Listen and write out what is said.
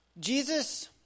Jesus